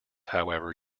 however